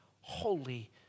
holy